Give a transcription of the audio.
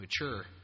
Mature